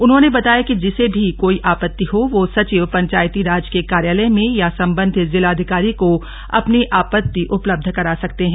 उन्होंने बताया कि जिसे भी कोई आपत्ति हो वो सचिव पंचायतीराज के कार्यालय में या संबंधित जिलाधिकारी को अपनी आपत्ति उपलब्ध करा सकते हैं